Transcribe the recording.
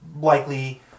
likely